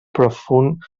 profund